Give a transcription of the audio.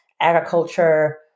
agriculture